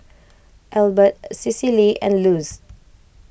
Elbert Cecily and Luz